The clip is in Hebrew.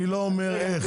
אני לא אומר איך,